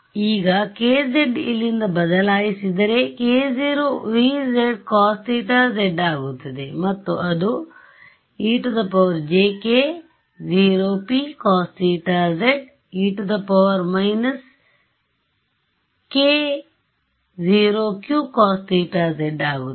ಈಗ kz ಇಲ್ಲಿಂದ ಬದಲಾಯಿಸಿದರೆ k0ez cos θ z ಆಗುತ್ತದೆ ಮತ್ತು ಅದು ejk0p cos θ z e−k0q cos θ z ಆಗುತ್ತದೆ